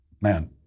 man